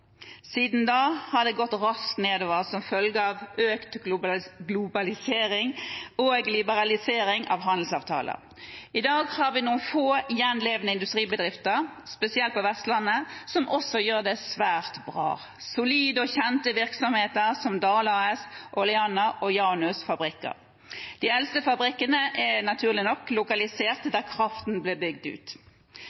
Siden da har det gått raskt nedover, som følge av økt globalisering og liberalisering av handelsavtaler. I dag har vi noen få gjenlevende industribedrifter, spesielt på Vestlandet, som også gjør det svært bra – solide og kjente virksomheter som Dale of Norway, Oleana og Janusfabrikken. De eldste fabrikkene er, naturlig nok, lokalisert